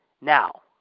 Now